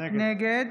נגד